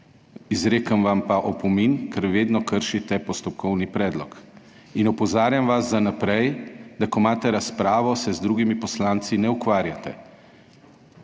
Izrekam pa vam opomin, ker vedno kršite postopkovni predlog, in opozarjam vas za naprej, da ko imate razpravo, se z drugimi poslanci ne ukvarjajte.